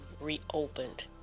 reopened